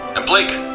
ah blake,